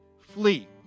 flee